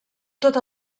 tot